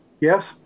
Yes